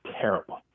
terrible